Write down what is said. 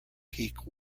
peak